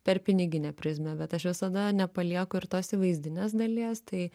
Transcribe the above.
per piniginę prizmę bet aš visada nepalieku ir tos įvaizdinės dalies tai